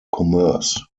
commerce